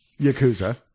Yakuza